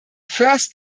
first